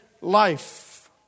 life